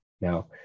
Now